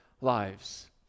lives